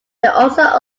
also